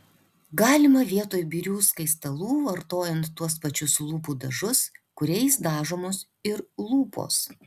galima vietoj birių skaistalų vartojant tuos pačius lūpų dažus kuriais dažomos ir lūpos